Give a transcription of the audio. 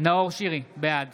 בעד